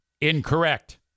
Incorrect